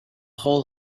hull